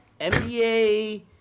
NBA